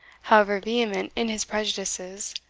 however vehement in his prejudices,